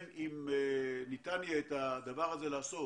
אם ניתן יהיה את הדבר הזה לעשות